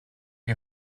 die